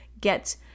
get